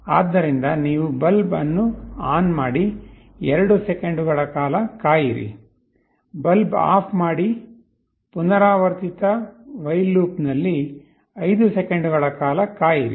ಆದ್ದರಿಂದ ನೀವು ಬಲ್ಬ್ ಅನ್ನು ಆನ್ ಮಾಡಿ 2 ಸೆಕೆಂಡುಗಳ ಕಾಲ ಕಾಯಿರಿ ಬಲ್ಬ್ ಆಫ್ ಮಾಡಿ ಪುನರಾವರ್ತಿತ ವಯ್ಲ್ ಲೂಪ್ನಲ್ಲಿ 5 ಸೆಕೆಂಡುಗಳ ಕಾಲ ಕಾಯಿರಿ